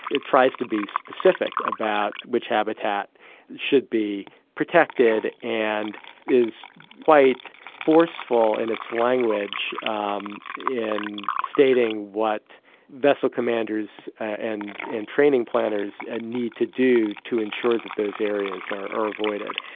it tries to be specific about which habitat should be protected and is quite forceful in its language um in stating what vessel commanders and and training planners ah need to do to ensure that those areas are are avoided.